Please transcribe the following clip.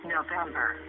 November